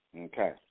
Okay